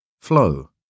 Flow